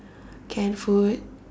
canned food